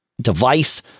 device